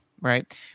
right